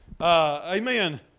amen